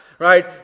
Right